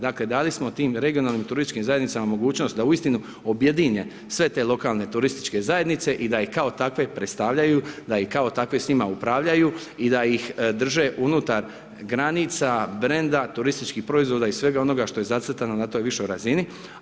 Dakle, dali smo tim regionalnim turističkim zajednicama mogućnost da uistinu objedine sve te lokalne turističke zajednice i da ih kao takve predstavljaju, da i kao takve s njima upravljaju i da ih drže unutar granica, brenda, turističkih proizvoda i svega onoga što je zacrtano na toj višoj razini.